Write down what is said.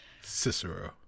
Cicero